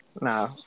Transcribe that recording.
Nah